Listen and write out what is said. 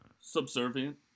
Subservient